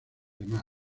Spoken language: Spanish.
demás